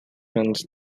runs